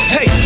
Hey